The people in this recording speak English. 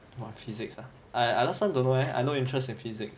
!wah! physics ah I I last time don't know eh I no interest in physic